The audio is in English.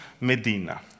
Medina